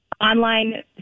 online